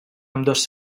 ambdós